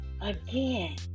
again